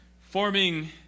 forming